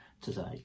today